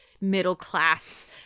middle-class